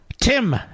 Tim